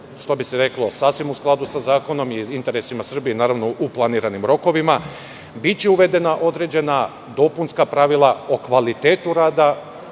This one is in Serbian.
što bi se reklo sasvim u skladu sa zakonom i interes Srbije, naravno, u planiranim rokovima. Biće uvedena određena dopunska pravila o kvalitetu rada